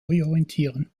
orientieren